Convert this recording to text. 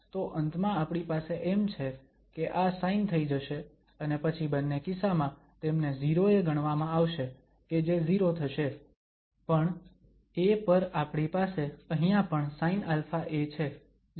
તો અંતમાં આપણી પાસે એમ છે કે આ સાઇન થઈ જશે અને પછી બંને કિસ્સામાં તેમને 0 એ ગણવામાં આવશે કે જે 0 થશે પણ a પર આપણી પાસે અહીંયા પણ sinαa છે જે અહીંયા પહેલેથી જ છે